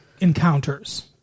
encounters